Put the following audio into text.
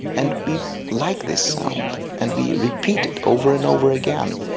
and we like this sound, and we repeat it over and over again,